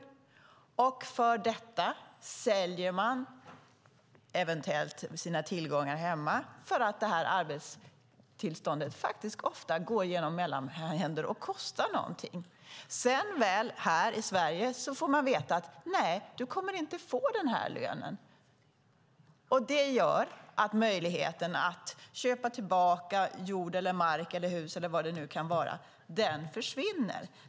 På grund av detta säljer de eventuellt sina tillgångar hemma för att detta arbetstillstånd ofta går genom mellanhänder och kostar någonting. När de väl är här i Sverige får de veta att de inte kommer att få denna lön. Det gör att möjligheten att köpa tillbaka mark, hus eller vad det kan vara försvinner.